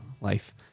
life